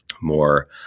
more